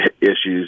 issues